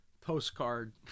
postcard